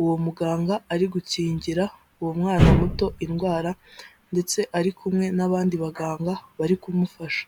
Uwo muganga ari gukingira uwo mwana muto indwara ndetse ari kumwe n'abandi baganga bari kumufasha.